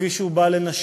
כפי שהוא בא לנשים.